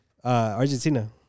Argentina